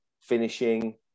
finishing